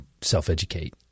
self-educate